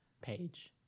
Page